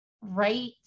right